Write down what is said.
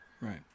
right